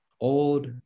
old